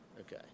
Okay